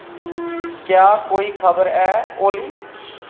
क्या कोई खबर ऐ ओली